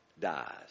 dies